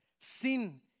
Sin